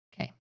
Okay